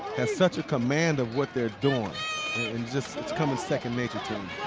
has such a command of what they're doing and just coming second nature to